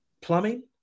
plumbing